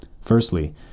Firstly